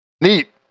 Neat